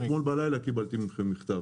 אתמול בלילה קיבלתי מכם מכתב.